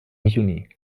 juni